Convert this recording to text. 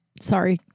Sorry